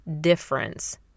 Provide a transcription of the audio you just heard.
difference